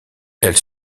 elle